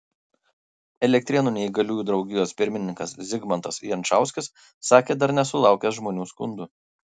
elektrėnų neįgaliųjų draugijos pirmininkas zigmantas jančauskis sakė dar nesulaukęs žmonių skundų